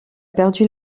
perdu